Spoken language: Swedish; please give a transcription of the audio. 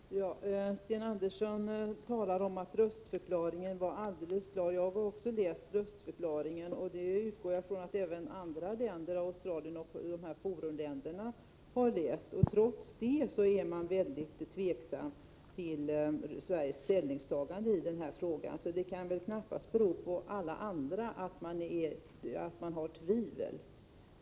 Herr talman! Sten Andersson talade om att röstförklaringen var alldeles klar. Jag har läst den, och jag utgår från att även representanter för Australien och andra Forumländer har gjort det. Trots detta är man väldigt tveksam till Sveriges ställningstagande i denna fråga. Att man tvivlar kan knappast bero på att alla andra inte har förstått förklaringen.